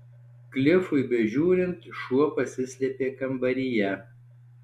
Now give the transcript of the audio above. klifui bežiūrint šuo pasislėpė kambaryje